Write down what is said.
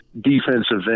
defensive